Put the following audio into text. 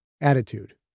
attitude